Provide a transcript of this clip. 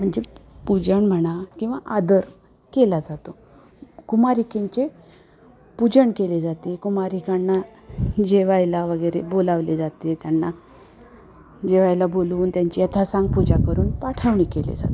म्हणजे पूजन म्हणा किंवा आदर केला जातो कुमारिकेंचे पूजन केले जाते कुमारिकांना जेवायला वगैरे बोलावले जाते त्यांना जेवायला बोलवून त्यांची यथासांग पूजा करून पाठवणी केली जाते